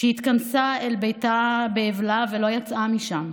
שהתכנסה אל ביתה באבלה ולא יצאה משם,